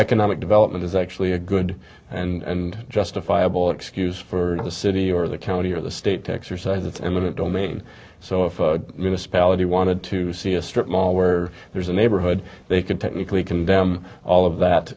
economic development is actually a good and justifiable excuse for the city or the county or the state to exercise its eminent domain so if yunus palleted wanted to see a strip mall where there's a neighborhood they could technically condemn all of that